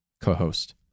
co-host